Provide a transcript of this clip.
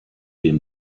dem